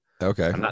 Okay